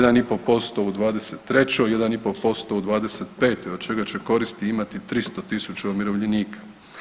1,5% u '23., 1,5% u '25. od čega će koristi imati 300.000 umirovljenika.